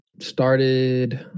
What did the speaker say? started